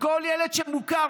כל ילד שמוכר,